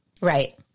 Right